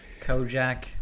Kojak